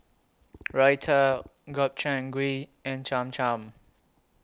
Raita Gobchang Gui and Cham Cham